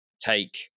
take –